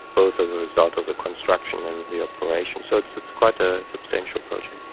both as a result of the construction and the operation. so it's it's quite a substantial project.